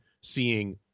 seeing